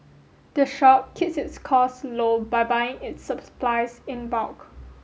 the shop keeps its costs low by buying its in bulk